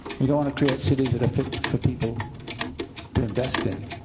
we don't want to create cities that are fit for people to invest in.